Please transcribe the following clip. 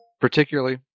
particularly